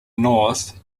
north